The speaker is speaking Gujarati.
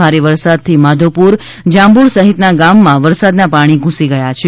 ભારે વરસાદથી માધવપુર જાંબુર સહિતના ગામમાં વરસાદના પાણી ધૂસી ગયા હતા